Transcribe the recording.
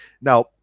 Now